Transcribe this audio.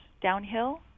downhill